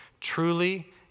Truly